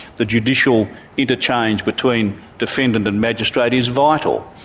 the judicial interchange between defendant and magistrate is vital.